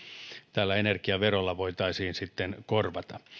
tällä energiaverolla voitaisiin korvata